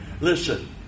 Listen